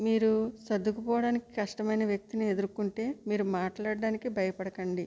మీరు సర్దుకుపోవడానికి కష్టమైన వ్యక్తిని ఎదురుకుంటే మీరు మాట్లాడటానికి భయపడకండి